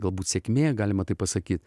galbūt sėkmė galima taip pasakyti